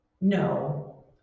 No